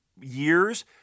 years